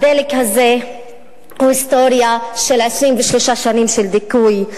הדלק הזה הוא היסטוריה של 23 שנים של דיכוי,